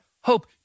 hope